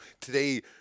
today